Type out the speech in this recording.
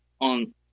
on